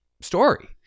story